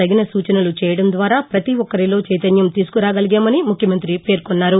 తగిన సూచనలు చేయడం ద్వారా పతి ఒక్కరిలో చైతన్యం తీసుకురాగలిగామని ముఖ్యమంతి పేర్కొన్నారు